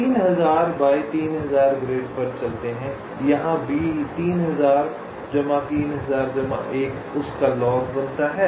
3000 by 3000 grid पर चलते है जहाँ B उस का लॉग बनता है